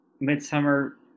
midsummer